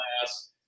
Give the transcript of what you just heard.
class